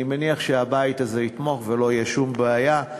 אני מניח שהבית הזה יתמוך ולא תהיה שום בעיה.